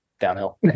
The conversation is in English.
Downhill